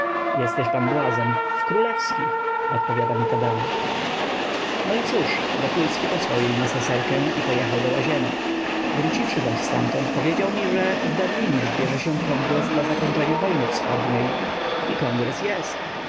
jesteś pan błazen w królewskich odpowiada mi ta dama no i cóż wokulski posłał jej neseserkę i pojechał do łazienek wróciwszy zaś ztamtąd powiedział mi że w berlinie zbierze się kongres dla zakończenia wojny wschodniej i kongres jest